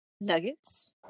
Nuggets